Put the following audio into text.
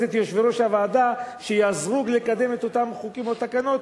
את יושבי-ראש הוועדות שיעזרו לקדם את אותם חוקים או תקנות,